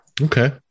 Okay